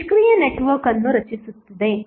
ನಿಷ್ಕ್ರಿಯ ನೆಟ್ವರ್ಕ್ ಅನ್ನು ರಚಿಸುತ್ತದೆ